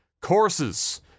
courses